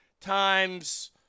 times